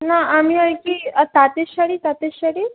না আমি আর কি আর তাঁতের শাড়ি তাঁতের শাড়ি